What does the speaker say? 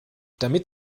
damit